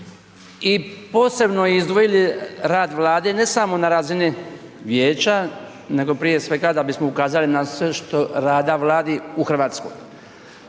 i posebno izdvojili rad Vlade ne samo na razini Vijeća nego prije svega da bismo ukazali na sve što Vlada radi u Hrvatskoj,